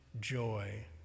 joy